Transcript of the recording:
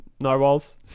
Narwhals